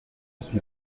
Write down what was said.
suis